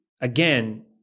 again